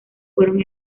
fueron